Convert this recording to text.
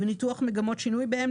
וניתוח מגמות שינוי בהם,